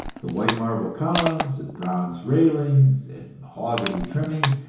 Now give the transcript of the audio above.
the white marble columns and bronze railings and mahogany trimmings,